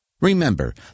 Remember